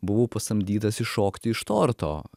buvau pasamdytas iššokti iš torto